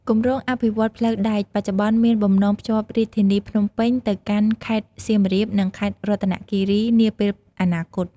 គម្រោងអភិវឌ្ឍន៍ផ្លូវដែកបច្ចុប្បន្នមានបំណងភ្ជាប់រាជធានីភ្នំពេញទៅកាន់ខេត្តសៀមរាបនិងខេត្តរតនគិរីនាពេលអនាគត។